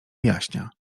wyjaśnia